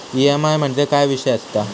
EMI म्हणजे काय विषय आसता?